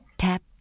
Tap